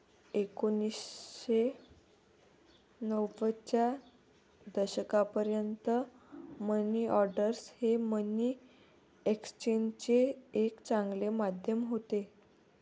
एकोणीसशे नव्वदच्या दशकापर्यंत मनी ऑर्डर हे मनी एक्सचेंजचे एक चांगले माध्यम होते